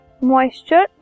moisture